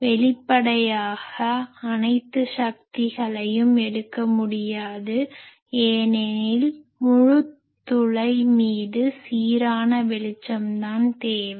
வெளிப்படையாக அனைத்து சக்திகளையும் எடுக்க முடியாது ஏனெனில் முழு துளை மீது சீரான வெளிச்சம்தான் தேவை